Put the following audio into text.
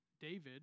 David